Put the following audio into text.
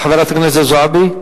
חברת הכנסת זועבי,